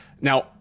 Now